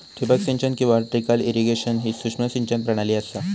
ठिबक सिंचन किंवा ट्रिकल इरिगेशन ही सूक्ष्म सिंचन प्रणाली असा